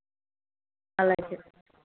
అలాగే